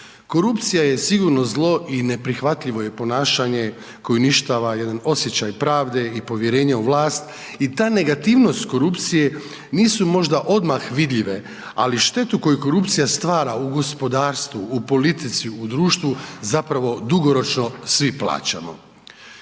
Korupcija je sigurno zlo i neprihvatljivo je ponašanje, koji uništava jedan osjećaj pravde i povjerenje u vlast i ta negativnost korupcije, nisu možda odmah vidljive, ali štetu koju korupcija stvara u gospodarstvu, u politici u društvu, zapravo dugoročno svi plaćamo.